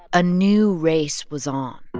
a new race was on